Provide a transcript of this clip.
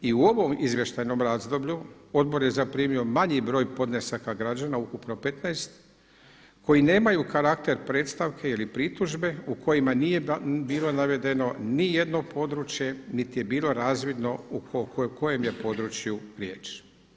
I u ovom izvještajnom razdoblju odbor je zaprimio manji broj podnesaka građana, ukupno 15 koji nemaju karakter predstavke ili pritužbe, u kojima nije bilo navedeno ni jedno područje niti je bila razvidno o kojem je području riječ.